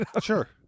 Sure